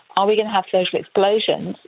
ah are we going to have social explosions,